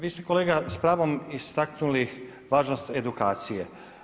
Vi ste kolega s pravom istaknuli važnost edukacije.